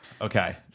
Okay